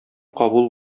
кабул